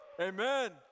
Amen